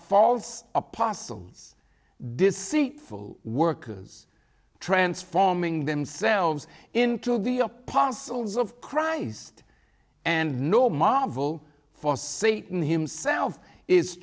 false apostles deceitful workers transforming themselves into the apostles of christ and no marvel for satan himself is